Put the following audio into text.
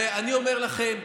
אני אומר לכם,